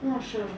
not sure